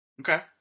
Okay